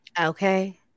Okay